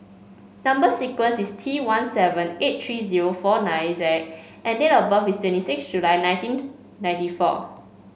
number sequence is T one seven eight three zero four nine Z and date of birth is twenty six July nineteen ninety four